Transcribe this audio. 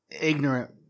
ignorant